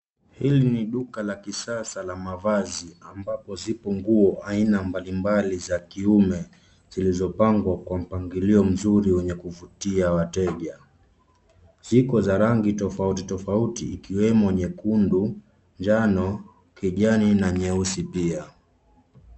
Hili ni duka la kisasa la mavazi ambapo zipo nguo aina mbalimbali za kiume zilizopangwa kwa mpangilio mzuri wenye kuvutia wateja. Ziko za rangi tofauti tofauti ikiwemo nyekundu, njano, kijani na nyeusi pia.